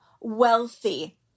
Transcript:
wealthy